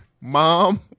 Mom